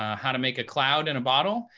ah how to make a cloud in a bottle,